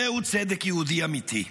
זהו צדק יהודי אמיתי.